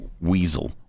weasel